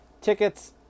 Tickets